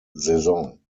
saison